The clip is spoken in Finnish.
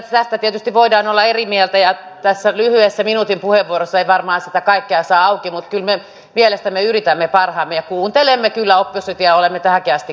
tästä tietysti voidaan olla eri mieltä ja tässä lyhyessä minuutin puheenvuorossa ei varmaan sitä kaikkea saa auki mutta kyllä me mielestämme yritämme parhaamme ja kuuntelemme kyllä oppositiota ja olemme tähänkin asti kuunnelleet